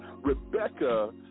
Rebecca